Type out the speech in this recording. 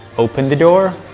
open the door,